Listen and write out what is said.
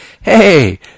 hey